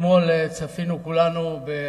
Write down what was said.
אתמול כולנו צפינו בריאיון